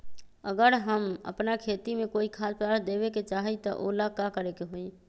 अगर हम अपना खेती में कोइ खाद्य पदार्थ देबे के चाही त वो ला का करे के होई?